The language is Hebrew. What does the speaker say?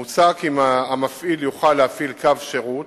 מוצע כי המפעיל יוכל להפעיל קו שירות